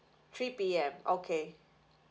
three P_M okay